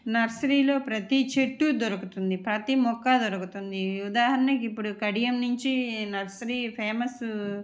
నర్సరీలో ప్రతి చెట్టు దొరుకుతుంది ప్రతి మొక్క దొరుకుతుంది ఉదాహరణకి ఇప్పుడు కడియం నుంచి నర్సరీ ఫేమస్